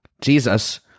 Jesus